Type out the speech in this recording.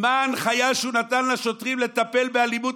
מה ההנחיה שהוא נתן לשוטרים לטפל באלימות